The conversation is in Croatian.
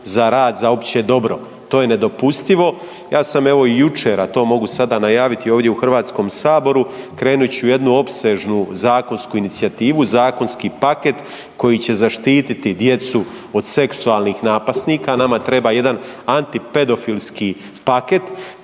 za rad za opće dobro, to je nedopustivo. Ja sam, evo i jučer, a to mogu sada najaviti ovdje u HS-u, krenut ću u jednu opsežnu zakonsku inicijativu, zakonski paket koji će zaštiti djecu od seksualnih napasnika, nama treba jedan antipedofilski paket